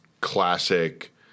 classic